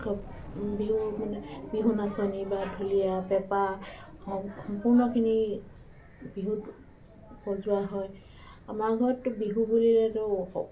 বিহু মানে বিহু নাচনী বা ঢোলীয়া পেঁপা সম্পূৰ্ণখিনি বিহুত বজোৱা হয় আমাৰ ঘৰততো বিহু বুলিলেতো